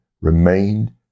remained